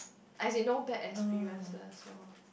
as in no bad experiences so